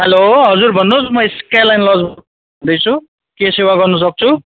hello हजुर भन्नुहोस् म स्क्यालर लजबाट बोल्दै छु के सेवा गर्नुसक्छु